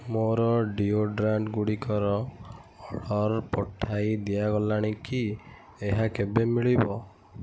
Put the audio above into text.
ମୋର ଡ଼ିଓଡ୍ରାଣ୍ଟ୍ଗୁଡ଼ିକର ଅର୍ଡ଼ର୍ ପଠାଇ ଦିଆଗଲାଣି କି ଏହା କେବେ ମିଳିବ